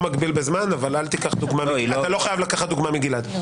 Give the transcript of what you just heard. אני לא מגביל בזמן אבל אתה לא חייב לקחת דוגמה מגלעד.